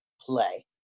play